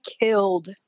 killed